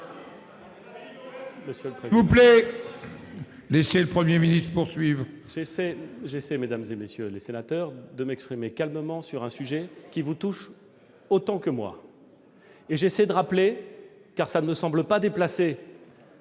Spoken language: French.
poursuivre ! Mesdames, messieurs les sénateurs, j'essaie de m'exprimer calmement sur un sujet qui vous touche autant que moi, et j'essaie de rappeler, car cela ne me semble pas déplacé